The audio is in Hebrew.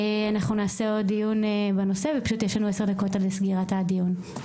אנחנו נעשה עוד דיון בנושא ופשוט יש לנו עשר דקות עד לסגירת הדיון.